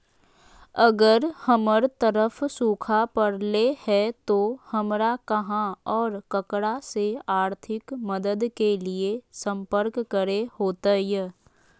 अगर हमर तरफ सुखा परले है तो, हमरा कहा और ककरा से आर्थिक मदद के लिए सम्पर्क करे होतय?